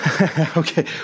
Okay